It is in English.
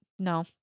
No